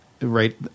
Right